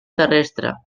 terrestre